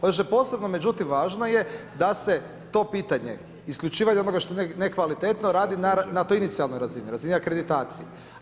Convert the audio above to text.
Ono što je posebno međutim, važno je, da se to pitanje, isključivanje ono što nekvalitetno radi na toj inicijalnoj razini, razini akreditaciji.